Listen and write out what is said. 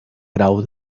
grau